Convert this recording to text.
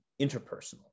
interpersonal